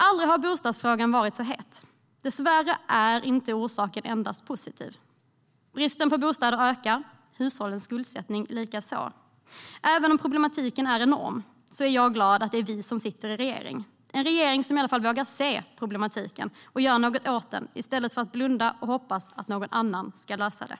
Aldrig har bostadsfrågan varit så het. Dessvärre är orsaken inte endast positiv. Bristen på bostäder ökar. Hushållens skuldsättning likaså. Även om problemen är enorma är jag glad att det är vi som sitter i regeringen. Det är en regering som vågar se problemen och göra något åt dem i stället för att blunda och hoppas att någon annan ska lösa dem.